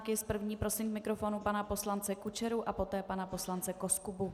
S první prosím k mikrofonu pana poslance Kučeru a poté pana poslance Koskubu.